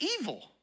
evil